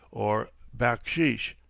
or backsheesh!